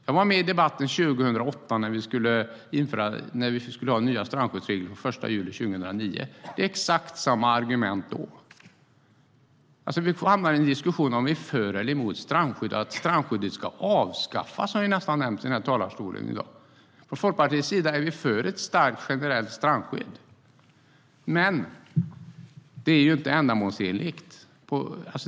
Jag var med i debatten 2008 inför de nya strandskyddsreglerna som trädde i kraft den 1 juni 2009. Det var exakt samma argument då. Vi hamnar i en diskussion om vi är för eller mot strandskydd, om att strandskyddet ska avskaffas. Från Folkpartiet är vi för ett starkt generellt strandskydd, men det är ju inte ändamålsenligt.